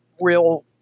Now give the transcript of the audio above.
real